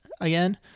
again